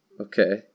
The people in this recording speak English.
Okay